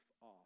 off